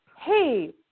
hey